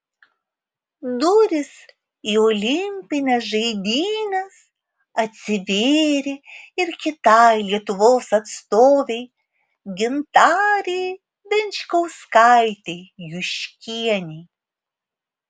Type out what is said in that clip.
durys į olimpines žaidynes atsivėrė ir kitai lietuvos atstovei gintarei venčkauskaitei juškienei